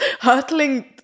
hurtling